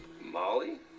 Molly